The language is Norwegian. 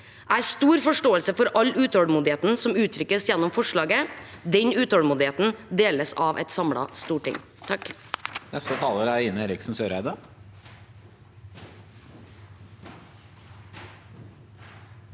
Jeg har stor forståelse for all utålmodigheten som uttrykkes gjennom forslaget. Den utålmodigheten deles av et samlet storting. Ine Eriksen Søreide